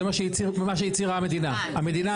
זה מה שהצהירה המדינה.